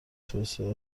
توسعه